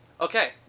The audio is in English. Okay